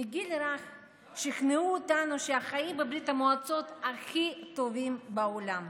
מגיל רך שכנעו אותנו שהחיים בברית המועצות הכי טובים בעולם,